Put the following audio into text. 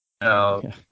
no